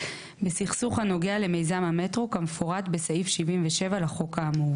בסכסוףך הנוגע למיזם המטרו כמפורט בסעיף 77 לחוק האמור"